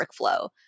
workflow